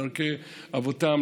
בדרכי אבותם,